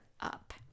up